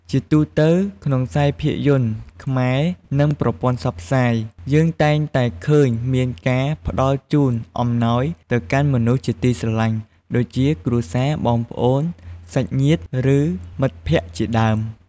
ជាទូទៅ ក្នុងខ្សែភាពយន្តខ្មែរ និង ប្រព័ន្ធផ្សព្វផ្សាយ យើងតែងតែឃើញមានការផ្ដល់ជូនអំណោយទៅកាន់មនុស្សជាទីស្រឡាញ់ ដូចជា គ្រួសារ បងប្អូន សាច់ញាតិ ឬ មិត្តភក្តិជាដើម។